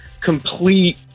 complete